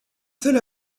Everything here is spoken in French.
seul